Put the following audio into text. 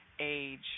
age